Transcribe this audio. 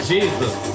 Jesus